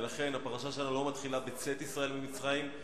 ולכן הפרשה שלנו לא מתחילה בצאת ישראל ממצרים,